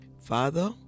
Father